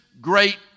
great